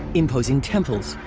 imposing temples.